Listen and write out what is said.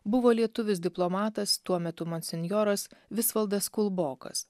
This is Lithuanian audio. buvo lietuvis diplomatas tuo metu monsinjoras visvaldas kulbokas